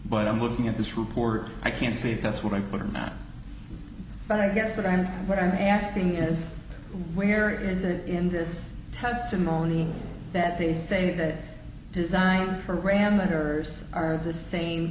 but i'm looking at this report i can't see if that's what i put or not but i guess what i'm wearing asking is where is it in this testimony that they say that design parameters are the same